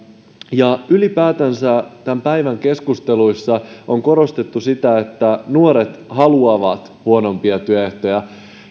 ylipäätänsä tämän päivän keskusteluissa on korostettu sitä että nuoret haluavat huonompia työehtoja